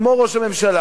כמו ראש הממשלה,